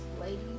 ladies